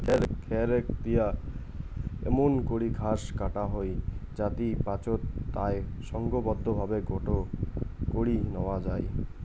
খ্যার রেক দিয়া এমুন করি ঘাস কাটা হই যাতি পাচোত তায় সংঘবদ্ধভাবে গোটো করি ন্যাওয়া যাই